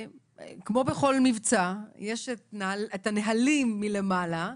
כמו בכל מבצע, יש את הנהלים מלמעלה,